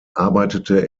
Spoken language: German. arbeitete